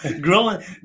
Growing